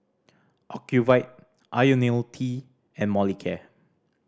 Ocuvite Ionil T and Molicare